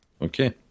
Okay